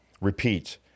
repeat